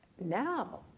Now